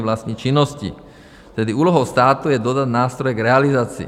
Vlastní činností, tedy úlohou státu je dodat nástroje k realizaci.